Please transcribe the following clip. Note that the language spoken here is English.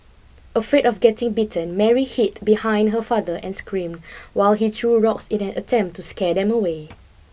afraid of getting bitten Mary hid behind her father and screamed while he threw rocks in an attempt to scare them away